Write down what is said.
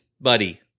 buddy